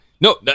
no